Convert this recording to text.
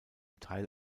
teil